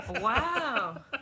Wow